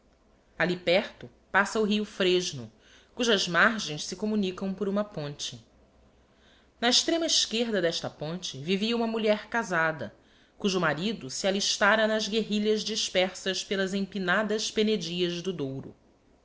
alli perto passa o rio fresno cujas margens se communicam por uma ponte na extrema esquerda d'esta ponte vivia uma mulher casada cujo marido se alistára nas guerrilhas dispersas pelas empinadas penedias do douro